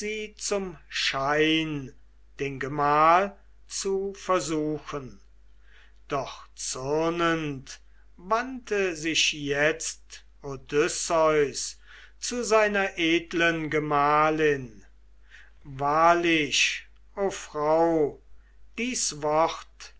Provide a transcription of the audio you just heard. zum schein den gemahl zu versuchen doch zürnend wandte sich jetzt odysseus zu seiner edlen gemahlin wahrlich o frau dies wort